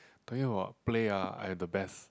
talking about play ah I am the best